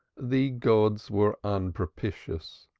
the gods were unpropitious.